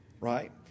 Right